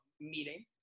meeting